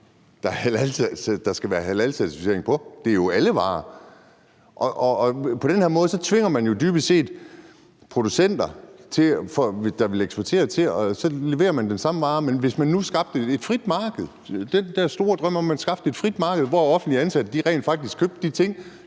der skal være halalcertificering på. Det er jo alle varer. På den her måde tvinger man dybest set producenter, der vil eksportere, til at levere den samme vare. Men hvad, om man nu skabte et frit marked – den der store drøm om,